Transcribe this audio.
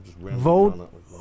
Vote